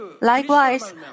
Likewise